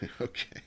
Okay